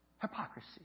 hypocrisy